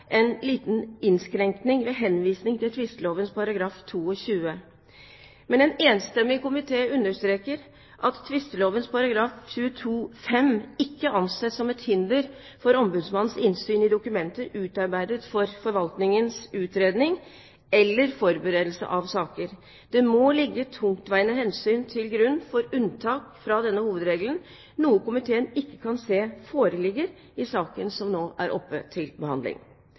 en liten innskrenkning med henvisning til tvisteloven § 22. En enstemmig komité understreker at tvisteloven § 22-5 ikke anses som et hinder for ombudsmannens innsyn i dokumenter utarbeidet for forvaltningens utredning eller forberedelse av saker. Det må ligge tungtveiende hensyn til grunn for unntak fra denne hovedregelen, noe komiteen ikke kan se foreligger i saken som nå er oppe til behandling.